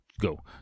Go